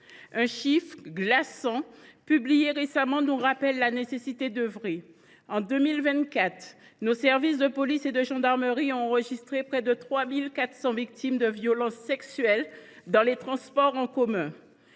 Un chiffre glaçant publié récemment nous rappelle la nécessité d’agir : en 2024, nos services de police et de gendarmerie ont enregistré près de 3 400 victimes de violences sexuelles dans les transports en commun,